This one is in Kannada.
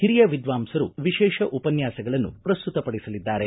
ಹಿರಿಯ ವಿದ್ವಾಂಸರು ವಿಶೇಷ ಉಪನ್ಯಾಸಗಳನ್ನು ಪ್ರಸ್ತುತ ಪಡಿಸಲಿದ್ದಾರೆ